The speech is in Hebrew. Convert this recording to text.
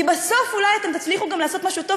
בסוף אולי אתם תצליחו גם לעשות משהו טוב,